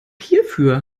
hierfür